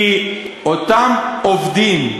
כי אותם עובדים,